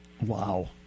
Wow